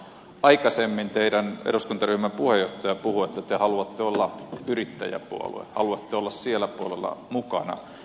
aikaisemmin teidän eduskuntaryhmän puheenjohtaja puhui että te haluatte olla yrittäjäpuolue haluatte olla siellä puolella mukana